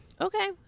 Okay